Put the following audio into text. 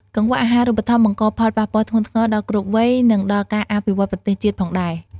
កង្វះអាហារូបត្ថម្ភបង្កផលប៉ះពាល់ធ្ងន់ធ្ងរដល់គ្រប់វ័យ និងដល់ការអភិវឌ្ឍប្រទេសជាតិផងដែរ។